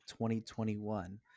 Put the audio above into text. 2021